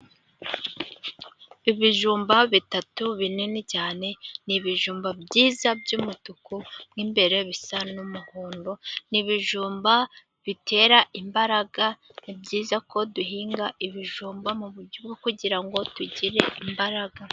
Ibijumba bitatu binini cyane n'ibijumba byiza byumutuku mimbere bisa n'umuhondo n'ibijumba bitera imbaraga, ni byiza ko duhinga ibijumba mu buryo bwo kugira imbaraga.